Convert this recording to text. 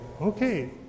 Okay